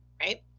right